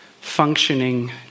functioning